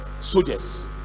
soldiers